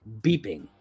beeping